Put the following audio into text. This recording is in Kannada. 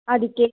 ಅದಕ್ಕೆ